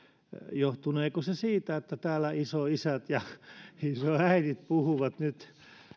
johtuneeko se siitä että täällä isoisät ja isoäidit puhuvat nyt